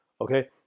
Okay